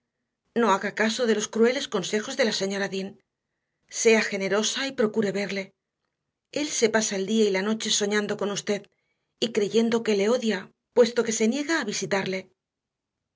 no haga caso de los crueles consejos de la señora dean sea generosa y procure verle él se pasa el día y la noche soñando con usted y creyendo que le odia puesto que se niega a visitarle